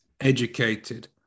educated